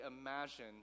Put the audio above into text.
imagine